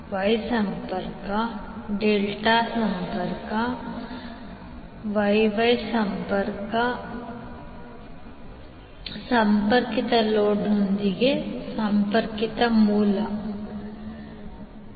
Y Y ಸಂಪರ್ಕ ಅಂದರೆ Y ಸಂಪರ್ಕಿತ ಲೋಡ್ನೊಂದಿಗೆ Y ಸಂಪರ್ಕಿತ ಮೂಲ 2